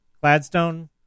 Gladstone